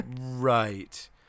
Right